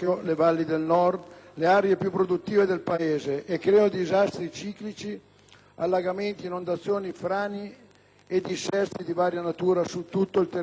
le aree più produttive del Paese, e creano disastri ciclici, allagamenti, inondazioni, frane e dissesti di varia natura su tutto il territorio nazionale.